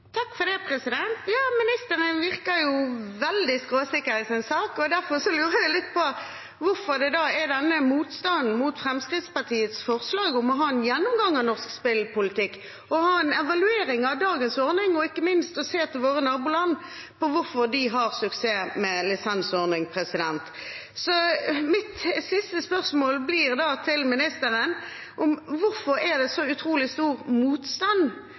Ministeren virker veldig skråsikker i sin sak. Derfor lurer jeg litt på hvorfor det da er denne motstanden mot Fremskrittspartiets forslag om å ha en gjennomgang av norsk spillpolitikk og en evaluering av dagens ordning og ikke minst å se til våre naboland og hvorfor de har suksess med en lisensordning. Mitt siste spørsmål blir da til ministeren: Hvorfor er det så utrolig stor motstand